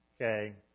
Okay